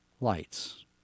lights